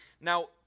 Now